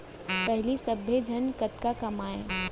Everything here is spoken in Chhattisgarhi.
पहिली सब्बे झन कतका कमावयँ